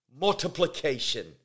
multiplication